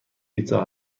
پیتزا